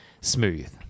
smooth